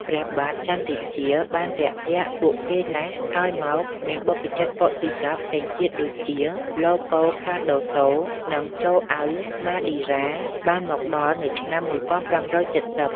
ព្រះបាទចន្ទរាជាបានរាក់ទាក់ពួកគេណាស់ ក្រោយមក មានបព្វជិតព័រទុយហ្គាល់ផ្សេងទៀតដូចជា ឡូប៉ូ ខាដូសូ និង ចូអៅ ម៉ាឌីរ៉ា បានមកដល់នៅឆ្នាំ ១៥៧០។